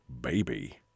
baby